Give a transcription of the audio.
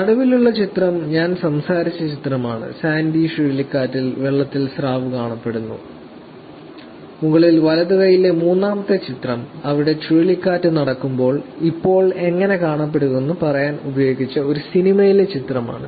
നടുവിലുള്ള ചിത്രം ഞാൻ സംസാരിച്ച ചിത്രമാണ് സാൻഡി ചുഴലിക്കാറ്റിൽ വെള്ളത്തിൽ സ്രാവ് കാണപ്പെടുന്നു മുകളിൽ വലതു കൈയിലെ മൂന്നാമത്തെ ചിത്രം അവിടെ ചുഴലിക്കാറ്റ് നടക്കുമ്പോൾ ഇപ്പോൾ എങ്ങനെ കാണപ്പെടുന്നുവെന്ന് പറയാൻ ഉപയോഗിച്ച ഒരു സിനിമയിലെ ചിത്രമാണ്